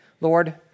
Lord